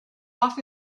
off